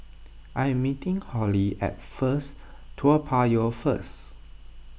I am meeting Hollie at First Toa Payoh first